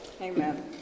Amen